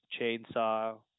chainsaw